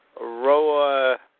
Roa